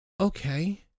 Okay